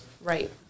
Right